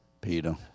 Peter